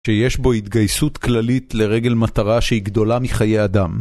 שיש בו התגייסות כללית לרגל מטרה שהיא גדולה מחיי אדם.